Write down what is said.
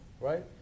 right